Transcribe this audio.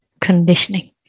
conditioning